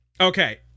Okay